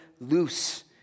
loose